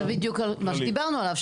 זה בדיוק מה שדיברנו עליו.